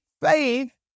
faith